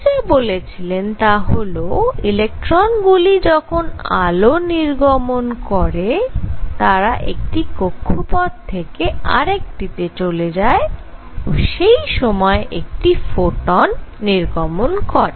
bore যা বলেছিলেন তা হল ইলেকট্রন গুলি যখন আলো নির্গমন করে তারা এক কক্ষপথ থেকে আরেকটি তে চলে যায় ও সেই সময় একটি ফোটন নির্গমন করে